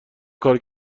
کار